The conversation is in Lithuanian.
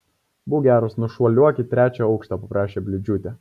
būk geras nušuoliuok į trečią aukštą paprašė bliūdžiūtė